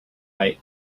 right